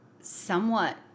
somewhat